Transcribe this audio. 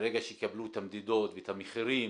שברגע שיקבלו את המדידות ואת המחירים,